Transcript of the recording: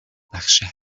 بخشد